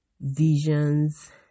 visions